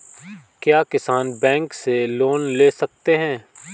क्या किसान बैंक से लोन ले सकते हैं?